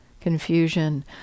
confusion